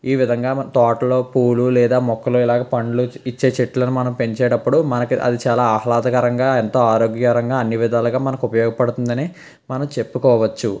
ఈ విధంగా తోటలో పూలు లేదా మొక్కలు ఇలా పండ్లు ఇచ్చే చెట్లను మనం పెంచేటప్పుడు మనకి అది చాలా ఆహ్లాదకరంగా ఎంతో ఆరోగ్యకరంగా అన్ని విధాలుగా మనకు ఉపయోగపడుతుందని మనం చెప్పుకోవచ్చు